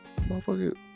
Motherfucker